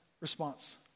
response